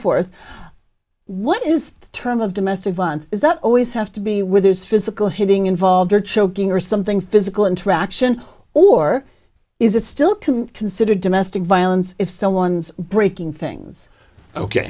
forth what is the term of domestic violence is that always have to be with there's physical hitting involved or choking or something physical interaction or is it still can considered domestic violence if someone's breaking things ok